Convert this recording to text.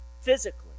Physically